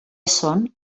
són